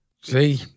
See